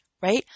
right